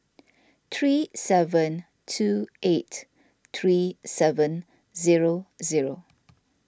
three seven two eight three seven zero zero